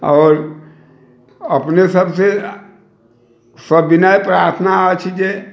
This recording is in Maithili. आओर अपने सबसे सविनय प्रार्थना अछि जे